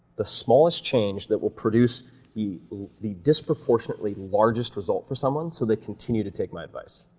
the smallest change that will produce the the disproportionately largest result for someone so they continue to take my advice.